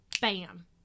bam